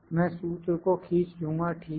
मैं सूत्र को खींच लूँगा ठीक है